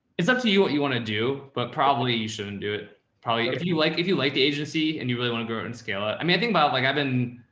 it's up to you what you want to do, but probably you shouldn't do it probably if you like, if you like the agency and you really want to grow and scale it. i mean, i think about like, i've been,